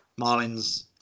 Marlins